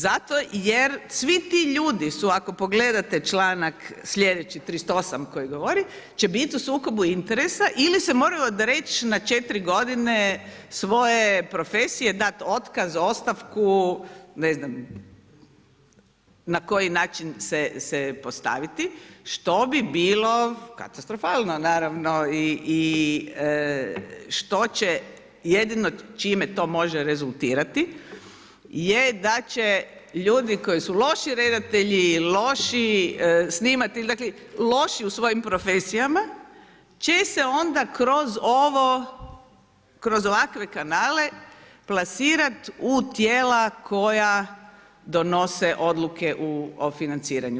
Zato jer svi ti ljudi, ako pogledate, članak, sljedeći koji govori, će biti u sukobu interesa ili se moraju odreći na 4 g. svoje profesije, dati otkaz, ostavku, ne znam, na koji način se postaviti što bi bilo katastrofalno, naravno i što će i jedino čime to može rezultirati je ljudi koji su loši redatelji, loši snimatelji, dakle, loši u svojim profesijama, će se onda kroz ovo, kroz ovakve kanale plasirati u tijela koja donose odluke o financiranju.